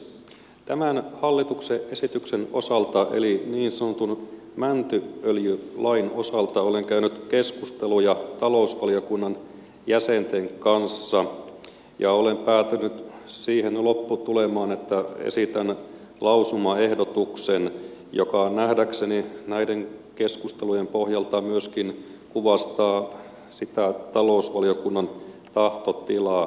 tämän hallituksen esityksen osalta eli niin sanotun mäntyöljylain osalta olen käynyt keskusteluja talousvaliokunnan jäsenten kanssa ja olen päätynyt siihen lopputulemaan että esitän lausumaehdotuksen joka nähdäkseni näiden keskustelujen pohjalta myöskin kuvastaa sitä talousvaliokunnan tahtotilaa